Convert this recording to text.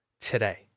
today